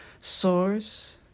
source